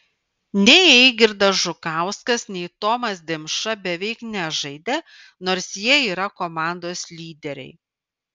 nei eigirdas žukauskas nei tomas dimša beveik nežaidė nors jie yra komandos lyderiai